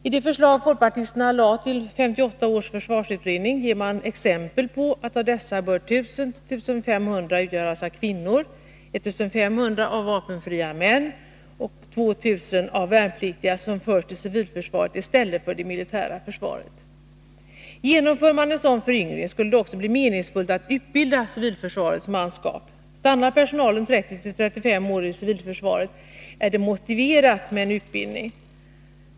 I det förslag som folkpartisterna lade fram till 1958 års försvarsutredning gav man exempel på att 1 000-1 500 av dessa bör utgöras av kvinnor, 1 500 av vapenfria män och 2 000 av värnpliktiga som förs till civilförsvaret i stället för till det militära försvaret. Genomför man en sådan föryngring skulle det också bli meningsfullt att utbilda civilförsvarets manskap. Stannar personalen 30-35 år i civilförsvaret är det motiverat med en utbildning.